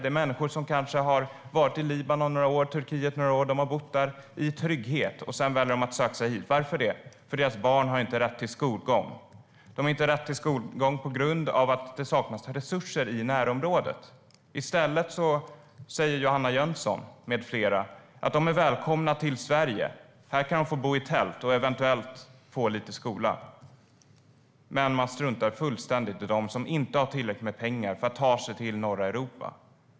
Det är människor som kanske har varit i Libanon eller Turkiet i några år och har bott där i trygghet. Sedan väljer de att söka sig hit. Varför det? Därför att deras barn inte har rätt till skolgång. De har inte rätt till skolgång på grund av att det saknas resurser i närområdet. I stället säger Johanna Jönsson med flera att de är välkomna till Sverige. Här kan de få bo i tält och eventuellt få lite skola. Men man struntar fullständigt i dem som inte har tillräckligt med pengar för att ta sig till norra Europa.